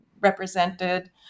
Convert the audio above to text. represented